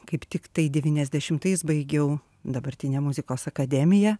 kaip tiktai devyniasdešimtais baigiau dabartinę muzikos akademiją